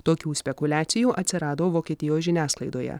tokių spekuliacijų atsirado vokietijos žiniasklaidoje